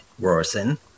Rorson